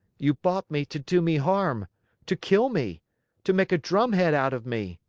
you bought me to do me harm to kill me to make a drumhead out of me!